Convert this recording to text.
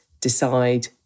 decide